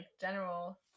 general